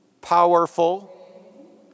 powerful